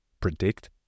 predict